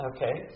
Okay